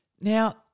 Now